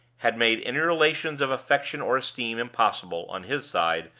had made any relations of affection or esteem impossible, on his side,